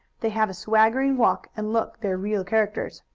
they have a swaggering walk and look their real characters.